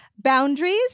boundaries